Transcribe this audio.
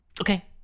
Okay